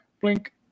Blink